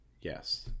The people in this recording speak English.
yes